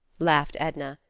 laughed edna,